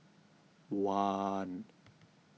one